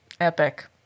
Epic